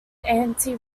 anti